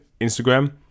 Instagram